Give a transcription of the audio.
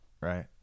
right